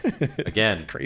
Again